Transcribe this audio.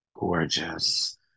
gorgeous